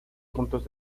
puntos